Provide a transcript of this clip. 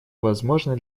возможное